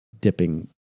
dipping